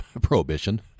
Prohibition